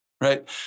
Right